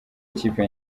ikipe